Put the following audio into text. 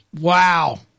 Wow